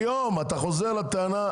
אתה חוזר על הטענה.